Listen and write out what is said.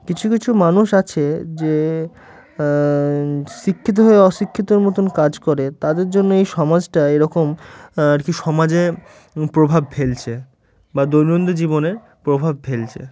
কিছু কিছু মানুষ আছে যে শিক্ষিত হয়ে অশিক্ষিতর মতন কাজ করে তাদের জন্য এই সমাজটা এরকম আর কি সমাজে প্রভাব ফেলছে বা দৈনন্দিন জীবনে প্রভাব ফেলছে